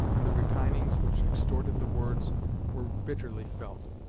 and the repinings which extorted the words were bitterly felt.